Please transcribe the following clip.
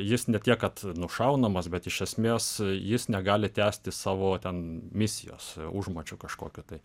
jis ne tiek kad nušaunamas bet iš esmės jis negali tęsti savo ten misijos užmačių kažkokių tai